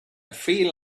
feel